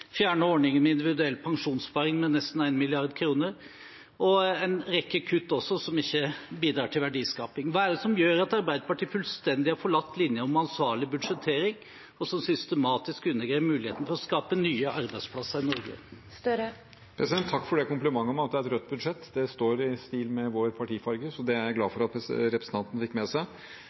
fjerne ordninger med individuell pensjonssparing, eller kutte med nesten 1 mrd. kr, og også foreta en rekke kutt som ikke bidrar til verdiskaping. Hva er det som gjør at Arbeiderpartiet fullstendig har forlatt linjen om ansvarlig budsjettering og systematisk undergraver muligheten til å skape nye arbeidsplasser i Norge? Takk for komplimenten om at det er et rødt budsjett. Det står i stil med vår partifarge, så det er jeg glad for at representanten har fått med seg.